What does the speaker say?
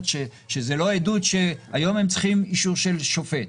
שזאת לא עדות ש --- היום הם צריכים אישור של שופט.